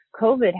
COVID